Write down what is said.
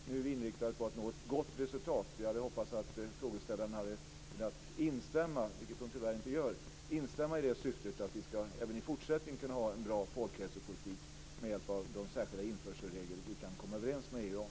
Nu är vi inriktade på att nå ett gott resultat. Jag hade hoppats att frågeställaren hade velat instämma, vilket hon tyvärr inte gör, i syftet att vi även i fortsättningen ska kunna ha en bra folkhälsopolitik med hjälp av de särskilda införselregler vi kan komma överens med EU om.